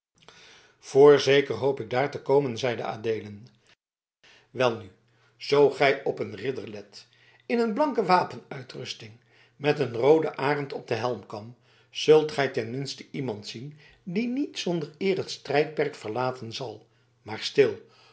voorzeker hoop ik daar te komen zeide adeelen welnu zoo gij op een ridder let in een blanke wapenrusting met een rooden arend op den helmkam zult gij ten minste iemand zien die niet zonder eer het strijdperk verlaten zal maar stil